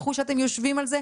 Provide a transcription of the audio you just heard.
שאתם יושבים על זה.